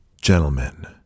Gentlemen